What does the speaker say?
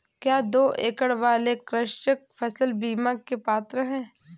क्या दो एकड़ वाले कृषक फसल बीमा के पात्र हैं?